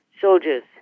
soldiers